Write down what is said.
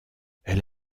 elle